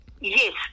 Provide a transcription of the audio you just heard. Yes